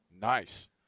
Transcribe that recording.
Nice